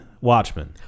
watchmen